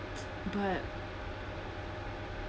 but